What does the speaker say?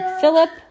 Philip